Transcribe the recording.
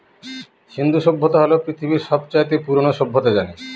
সিন্ধু সভ্যতা হল পৃথিবীর সব চাইতে পুরোনো সভ্যতা জানি